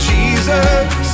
Jesus